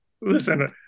Listen